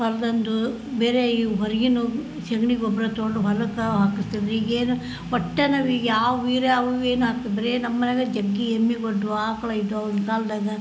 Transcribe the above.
ಹೊರದಂದು ಬೇರೆ ಇವು ಹೊರ್ಗನ ಸಗ್ಣಿ ಗೊಬ್ಬರ ತಗೊಂಡು ಹೊಲಕ್ಕೆ ಹಾಕಸ್ತಿದ್ರೆ ಈಗೇನು ಒಟ್ಟು ನಾವು ಈಗ ಯಾವ ವೀರ್ಯ ಅವು ಇವು ಏನು ಹಾಕುದು ಬರೇ ನಮ್ಮ ಮನೆಯಾಗೆ ಜಗ್ಗಿ ಎಮ್ಮೆಗೊಡ್ಡು ಆಕಳ ಇದ್ದವು ಅವಾಗಿನ ಕಾಲದಾಗ